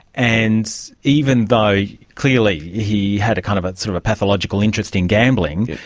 and even though clearly he had kind of sort of a pathological interest in gambling,